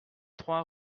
trois